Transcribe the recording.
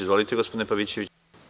Izvolite, gospodine Pavićeviću.